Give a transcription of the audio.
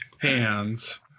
hands